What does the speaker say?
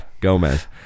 Gomez